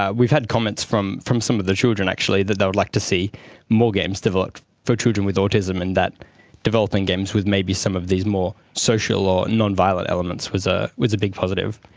ah we've had comments from from some of the children actually that they would like to see more games developed for children with autism, and that developing games with maybe some of these more social or non-violent elements was ah was a big positive.